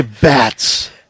bats